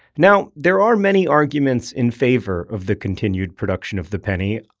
now there are many arguments in favor of the continued production of the penny.